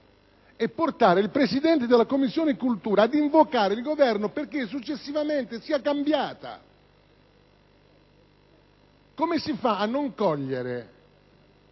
e portare il Presidente della Commissione istruzione pubblica ad invocare il Governo affinche´ successivamente sia cambiata? Come si fa a non cogliere